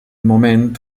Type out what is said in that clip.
moment